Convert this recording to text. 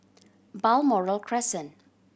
Balmoral Crescent